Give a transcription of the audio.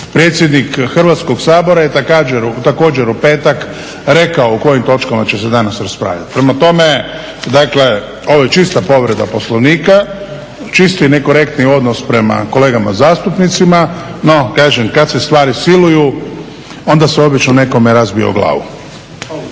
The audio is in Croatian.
Predsjednik Hrvatskog sabora je također u petak rekao o kojim točkama će se danas raspravljati. Prema tome, dakle ovo je čista povreda Poslovnika, čisti nekorektni odnos prema kolegama zastupnicima no kažem kad se stvari siluju onda se obično nekome razbiju o glavu.